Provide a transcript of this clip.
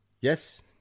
Yes